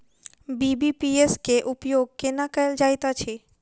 BBPS केँ उपयोग केना कएल जाइत अछि?